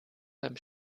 beim